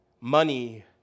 money